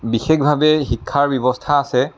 বিশেষভাৱে শিক্ষাৰ ব্যৱস্থা আছে